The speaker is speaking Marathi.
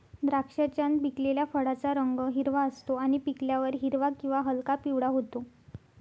द्राक्षाच्या न पिकलेल्या फळाचा रंग हिरवा असतो आणि पिकल्यावर हिरवा किंवा हलका पिवळा होतो